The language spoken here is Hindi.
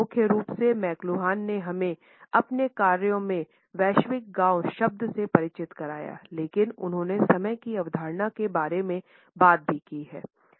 मुख्य रूप से मैकलुहान ने हमें अपने कार्यों में वैश्विक गांव शब्द से परिचित कराया लेकिन उन्होंने समय की अवधारणा के बारे में बात भी की है